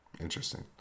Interesting